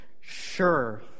sure